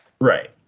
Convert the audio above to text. Right